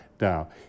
now